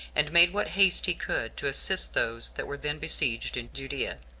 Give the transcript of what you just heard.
and made what haste he could to assist those that were then besieged in judea.